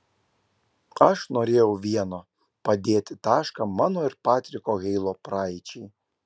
aš norėjau vieno padėti tašką mano ir patriko heilo praeičiai